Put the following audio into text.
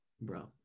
bro